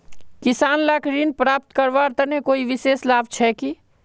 किसान लाक ऋण प्राप्त करवार तने कोई विशेष लाभ छे कि?